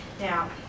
Now